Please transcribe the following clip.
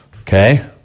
Okay